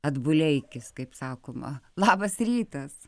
adbuleikis kaip sakoma labas rytas